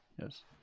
yes